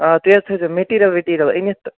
آ تُہۍ حض تھٲوزیٚو میٹیٖریل ویٹیٖرِیل أنِتھ تہٕ